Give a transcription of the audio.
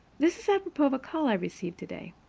this is apropos of a call i received today.